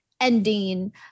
ending